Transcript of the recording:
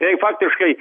jei faktiškai